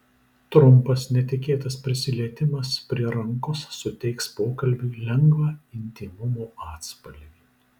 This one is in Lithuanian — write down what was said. trumpas netikėtas prisilietimas prie rankos suteiks pokalbiui lengvą intymumo atspalvį